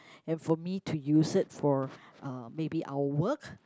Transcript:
and for me to use it for uh maybe our work